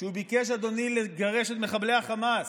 כשהוא ביקש, אדוני, לגרש את מחבלי החמאס,